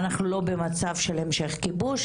אנחנו לא במצב של המשך כיבוש,